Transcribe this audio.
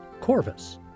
Corvus